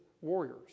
warriors